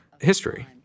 history